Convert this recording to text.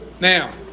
Now